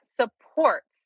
supports